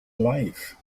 life